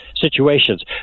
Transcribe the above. situations